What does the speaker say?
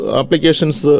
applications